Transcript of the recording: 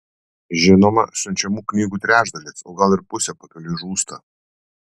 žinoma siunčiamų knygų trečdalis o gal ir pusė pakeliui žūsta